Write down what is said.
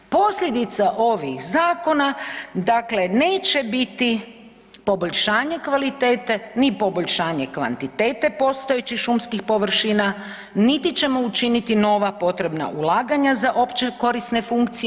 Posljedica ovih zakona, dakle neće biti poboljšanje kvalitete, ni poboljšanje kvantitete postojećih šumskih površina, niti ćemo učiniti nova potrebna ulaganja za opće korisne funkcije.